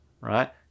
right